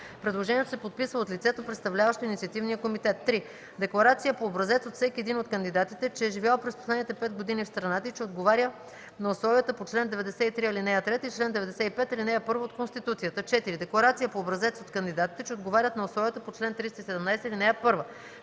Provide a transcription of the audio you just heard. предложението се подписва от лицето, представляващо инициативния комитет; 3. декларация по образец от всеки един от кандидатите, че е живял през последните 5 години в страната и че отговаря на условията по чл. 93, ал. 3 и чл. 95, ал. 1 от Конституцията; 4. декларация по образец от кандидатите, че отговарят на условията по чл. 317, ал. 1;